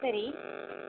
சரி